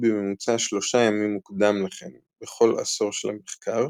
בממוצע שלושה ימים מוקדם לכן בכל עשור של המחקר,